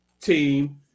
team